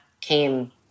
came